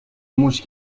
موش